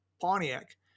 Pontiac